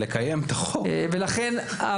לכן,